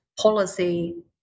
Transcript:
policy